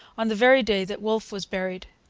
on the very day that wolfe was buried.